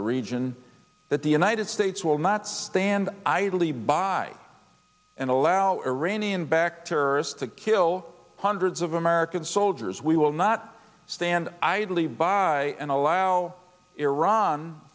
the region that the united states will not stand idly by and allow iranian backed terrorists to kill hundreds of american soldiers we will not stand idly by and allow iran